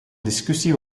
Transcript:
discussie